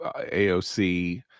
aoc